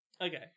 Okay